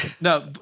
No